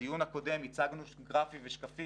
בדיון הקודם הצגנו גרפים ושקפים,